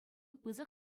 пысӑк